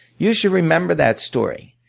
you should remember that story.